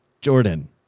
Jordan